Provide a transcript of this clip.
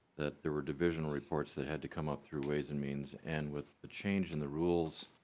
that there were division reports that had to come up through ways and means and with the change in the rules.